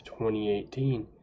2018